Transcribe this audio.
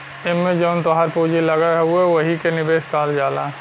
एम्मे जवन तोहार पूँजी लगल हउवे वही के निवेश कहल जाला